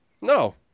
No